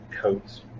coats